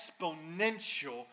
exponential